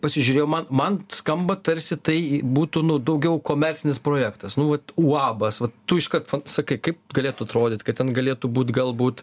pasižiūrėjau man mant skamba tarsi tai būtų nu daugiau komercinis projektas nu vat uabas va tu iškart sakai kaip galėtų atrodyt kad ten galėtų būt galbūt